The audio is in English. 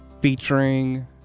featuring